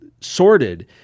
sorted